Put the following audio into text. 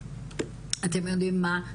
אתם יודעים מה,